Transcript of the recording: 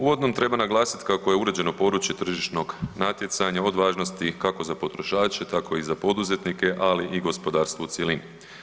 Uvodnom treba naglasiti kako je uređeno područje tržišnog natjecanja od važnosti kako za potrošače tako i za poduzetnike ali i gospodarstvo u cjelini.